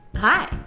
Hi